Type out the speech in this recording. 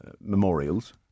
memorials